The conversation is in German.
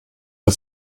für